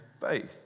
faith